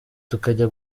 tukajya